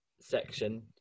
section